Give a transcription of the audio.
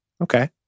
Okay